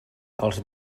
els